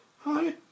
Hi